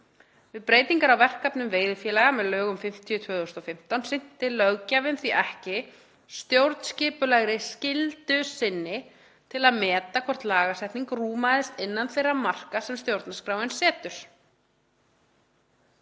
Við breytingar á verkefnum veiðifélaga með lögum nr. 50/2015 sinnti löggjafinn því ekki stjórnskipulegri skyldu sinni til að meta hvort lagasetning rúmaðist innan þeirra marka sem stjórnarskráin setur.“